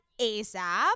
ASAP